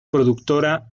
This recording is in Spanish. productora